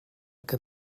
que